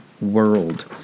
world